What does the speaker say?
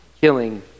killing